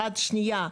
אחת שנייה,